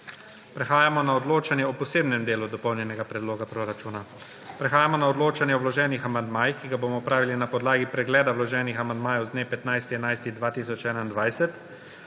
Prehajamo na odločanje o posebnem delu Dopolnjenega predloga proračuna. Prehajamo na odločanje o vloženih amandmajih, ki ga bomo opravili na podlagi pregleda vloženih amandmajev z dne 15. 11. 2021.